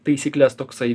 taisykles toksai